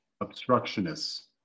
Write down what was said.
obstructionists